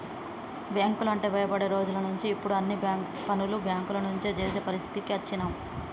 బ్యేంకులంటే భయపడే రోజులనుంచి ఇప్పుడు అన్ని పనులు బ్యేంకుల నుంచే జేసే పరిస్థితికి అచ్చినం